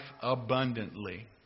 abundantly